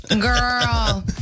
Girl